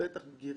ובטח בגירים,